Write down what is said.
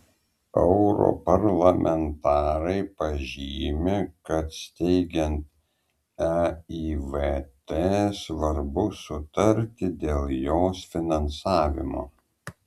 europarlamentarai pažymi kad steigiant eivt svarbu sutarti dėl jos finansavimo